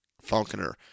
Falconer